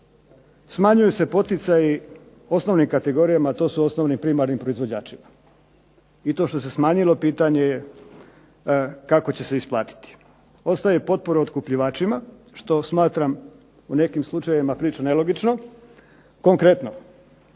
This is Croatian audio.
smanjuju se poticaji osnovnim kategorijama, a to su osnovni primarnim proizvođačima. I to što se smanjilo pitanje je kako će se isplatiti. Ostaju potpore otkupljivačima što smatram u nekim slučajevima prilično nelogično. Konkretno,